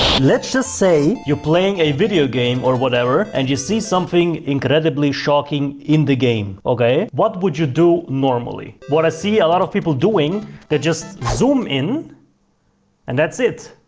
let's just say you're playing a video game or whatever and you see something incredibly shocking in the game okay, what would you do normally what i see a lot of people doing that just zoom in and that's it.